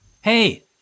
Hey